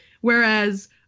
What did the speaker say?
Whereas